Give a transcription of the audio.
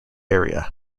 area